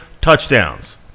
touchdowns